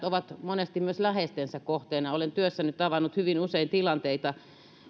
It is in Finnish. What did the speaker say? ovat monesti myös läheistensä kohteena olen työssäni tavannut hyvin usein tilanteita